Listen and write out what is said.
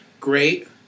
great